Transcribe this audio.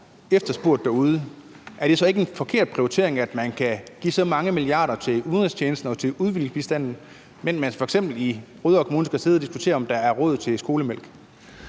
efterspurgt derude, er det så ikke en forkert prioritering, at regeringen kan give så mange milliarder til udenrigstjenesten og til udviklingsbistanden, mens de f.eks. i Rødovre Kommune skal sidde og diskutere, om der er råd til skolemælk?